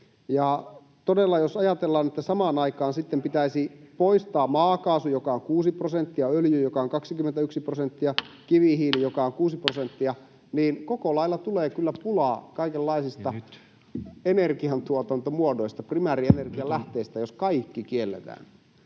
Todella, jos ajatellaan, että samaan aikaan sitten pitäisi poistaa maakaasu, joka on 6 prosenttia, öljy, joka on 21 prosenttia, kivihiili, joka on 6 prosenttia, niin koko lailla tulee kyllä pulaa kaikenlaisista energiantuotantomuodoista, primäärienergian lähteistä, jos kaikki kielletään.